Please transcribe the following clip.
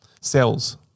cells